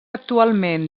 actualment